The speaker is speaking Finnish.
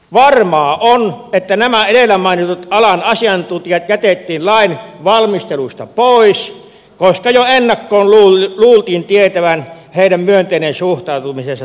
varmaa on että nämä edellä mainitut alan asiantuntijat jätettiin lain valmistelusta pois koska jo ennakkoon luultiin tiedettävän heidän myönteinen suhtautumisen sa turveteollisuuteen